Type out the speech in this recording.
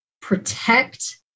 protect